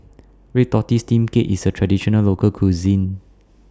Red Tortoise Steamed Cake IS A Traditional Local Cuisine